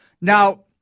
Now